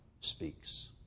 speaks